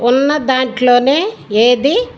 ఉన్న దాంట్లోనే ఏది